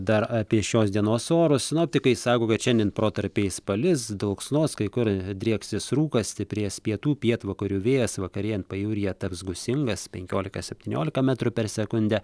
dar apie šios dienos orus sinoptikai sako kad šiandien protarpiais palis dulksnos kai kur drieksis rūkas stiprės pietų pietvakarių vėjas vakarėjant pajūryje taps gūsingas penkiolika septyniolika metrų per sekundę